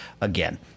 again